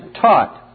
taught